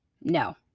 No